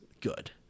good